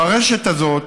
ברשת הזאת